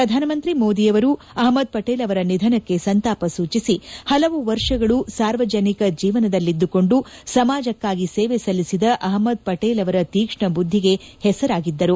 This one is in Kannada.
ಶ್ರಧಾನ ಮಂತ್ರಿ ಮೋದಿ ಅಷ್ಟದ್ ಪಟೇಲ್ ಅವರ ನಿಧನಕ್ಕೆ ಸಂತಾಪ ಸೂಚಿಸಿ ಹಲವು ವರ್ಷಗಳು ಸಾರ್ವಜನಿಕ ಜೀವನದಲ್ಲಿದ್ದುಕೊಂಡು ಸಮಾಜಕ್ಕಾಗಿ ಸೇವೆ ಸಲ್ಲಿಸಿದ ಅಹ್ನದ್ಪಟೇಲ್ ತೀಕ್ಷ್ಣ ಬುದ್ದಿಗೆ ಹೆಸರಾಗಿದ್ದರು